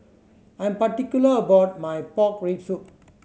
I am particular about my pork rib soup